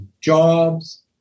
jobs